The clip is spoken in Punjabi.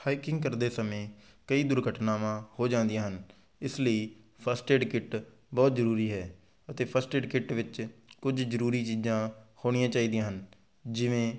ਹਾਈਕਿੰਗ ਕਰਦੇ ਸਮੇਂ ਕਈ ਦੁਰਘਟਨਾਵਾਂ ਹੋ ਜਾਂਦੀਆਂ ਹਨ ਇਸ ਲਈ ਫਸਟ ਏਡ ਕਿੱਟ ਬਹੁਤ ਜ਼ਰੂਰੀ ਹੈ ਅਤੇ ਫਸਟ ਏਡ ਕਿੱਟ ਵਿੱਚ ਕੁਝ ਜ਼ਰੂਰੀ ਚੀਜ਼ਾਂ ਹੋਣੀਆਂ ਚਾਹੀਦੀਆਂ ਹਨ ਜਿਵੇਂ